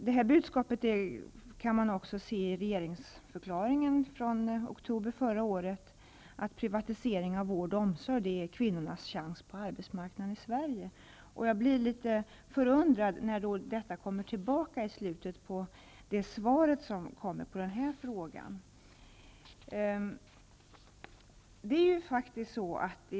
Det budskapet kan man också se i regeringsförklaringen från oktober förra året, dvs. att privatisering av vård och omsorg är kvinnornas chans på arbetsmarknaden i Sverige. Jag blir litet förundrad när detta kommer tillbaka i slutet av svaret på min fråga.